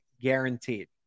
guaranteed